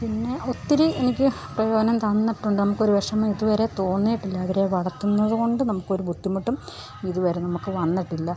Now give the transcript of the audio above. പിന്നെ ഒത്തിരി എനിക്ക് പ്രയോജനം തന്നിട്ടുണ്ട് നമുക്ക് ഒരു വിഷമം ഇതുവരെ തോന്നിയിട്ടില്ല അവരെ വളര്ത്തുന്നത് കൊണ്ട് നമുക്ക് ഒരു ബുദ്ധിമുട്ടും ഇതുവരെ നമുക്ക് വന്നിട്ടില്ല